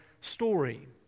story